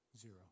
Zero